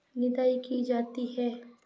निदाई की जाती है?